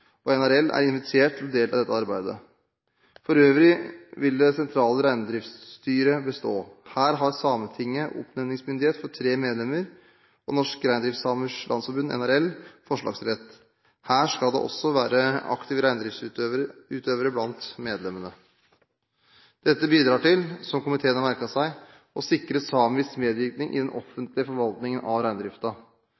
og NRL er invitert til å delta i dette arbeidet. For øvrig vil det sentrale reindriftsstyret bestå. Her har Sametinget oppnevningsmyndighet for tre medlemmer og Norske Reindriftssamers Landsforbund, NRL, forslagsrett. Her skal det også være aktive reindriftsutøvere blant medlemmene. Dette bidrar til, som komiteen har merket seg, å sikre samisk medvirkning i den